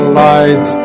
light